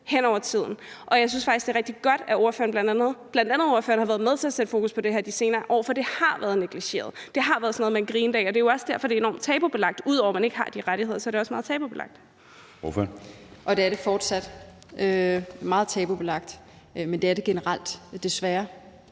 hen over tid, og jeg synes faktisk, at det er rigtig godt, at bl.a. ordføreren har været med til at sætte fokus på det her de senere år, for det har været negligeret; det har været sådan noget, man grinte af. Det er jo også derfor, at det er enormt tabubelagt; ud over at man ikke har de rettigheder, er det også meget tabubelagt. Kl. 19:30 Anden næstformand (Jeppe Søe): Ordføreren. Kl.